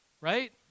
Right